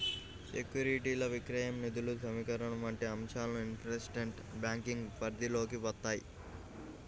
సెక్యూరిటీల విక్రయం, నిధుల సమీకరణ వంటి అంశాలు ఇన్వెస్ట్మెంట్ బ్యాంకింగ్ పరిధిలోకి వత్తాయి